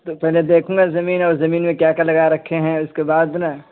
تو پہلے دیکھوں گا زمین اور زمین میں کیا کیا لگا رکھے ہیں اس کے بعد نا